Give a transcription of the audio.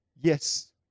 Yes